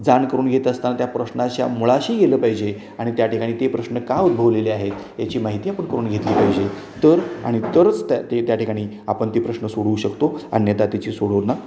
जाण करून घेत असताना त्या प्रश्नाच्या मुळाशी गेलं पाहिजे आणि त्या ठिकाणी ती प्रश्न का उद्भवलेले आहे याची माहिती आपण करून घेतली पाहिजे तर आणि तरच त्या ते त्या ठिकाणी आपण ते प्रश्न सोडू शकतो अन्यथा तिची सोडवणूक